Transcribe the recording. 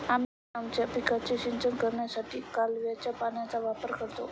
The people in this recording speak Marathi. आम्ही आमच्या पिकांचे सिंचन करण्यासाठी कालव्याच्या पाण्याचा वापर करतो